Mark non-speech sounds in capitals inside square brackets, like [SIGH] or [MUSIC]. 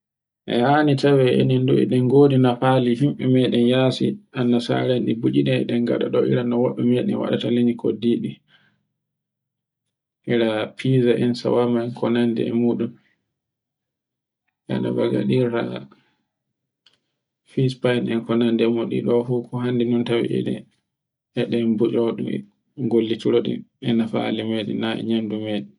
Ehani tawe enendu e ɗen godinafali himɓe meɗen yasi, annasara en ɗigujine ɗi ngaɗa ɗo ira no woɓɓe meɗen waɗaata lanyi koddiɗi. Ira fiza en sawama ko nandi e muɗum. [NOISE] E no ba gaɗirta fishfay ko nanda e woni ɗo fu ko hande e ɗe, e ɗen butco ɗum e gollitiraɗe e nafare muɗum na e nyandu meɗem.